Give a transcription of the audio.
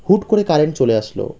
হুট করে কারেন্ট চলে আসলো